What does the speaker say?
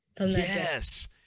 yes